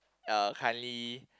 uh kindly